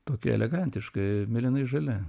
tokia elegantiškai mėlynai žalia